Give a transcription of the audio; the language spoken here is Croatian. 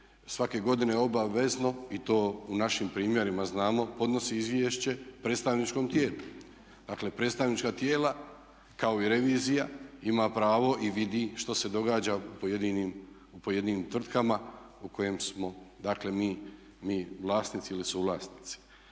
svake godine obavezno i to u našim primjerima znamo podnosi izvješće predstavničkom tijelu. Dakle predstavnička tijela kao i revizija ima pravo i vidi što se događa u pojedinim tvrtkama u kojim smo dakle mi vlasnici ili suvlasnici.